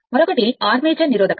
మరొకటి ఆర్మేచర్ నిరోధకత